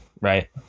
right